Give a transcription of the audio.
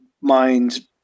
mind